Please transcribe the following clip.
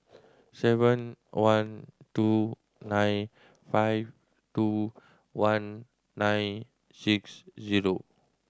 seven one two nine five two one nine six zero